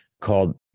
called